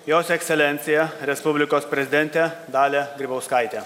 jos ekscelenciją respublikos prezidentę dalią grybauskaitę